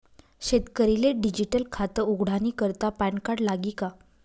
शेतकरीले डिजीटल खातं उघाडानी करता पॅनकार्ड लागी का?